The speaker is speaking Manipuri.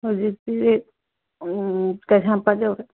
ꯍꯧꯖꯤꯛꯇꯤ ꯀꯩꯁꯥꯝꯄꯥꯠ ꯌꯧꯔꯦ